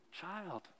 child